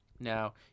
Now